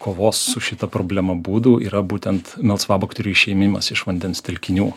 kovos su šita problema būdų yra būtent melsvabakterių išėmimas iš vandens telkinių